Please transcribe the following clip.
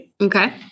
Okay